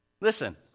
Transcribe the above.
Listen